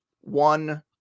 one